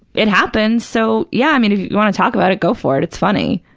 it happened, so, yeah, i mean, if you want to talk about it, go for it, it's funny.